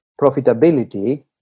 profitability